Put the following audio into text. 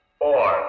four